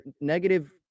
negative